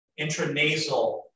intranasal